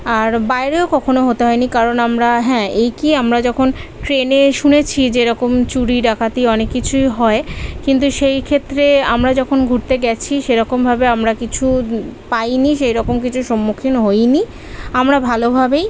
আর বাইরেও কখনও হতে হয়নি কারণ আমরা হ্যাঁ এই কী আমরা যখন ট্রেনে শুনেছি যে এরকম চুরি ডাকাতি অনেক কিছুই হয় কিন্তু সেই ক্ষেত্রে আমরা যখন ঘুরতে গিয়েছি সেরকমভাবে আমরা কিছু পাইনি সেই রকম কিছুর সম্মুখীন হইনি আমরা ভালোভাবেই